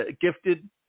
Gifted